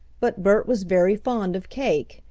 but bert was very fond of cake,